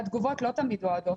והתגובות לא תמיד אוהדות.